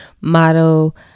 model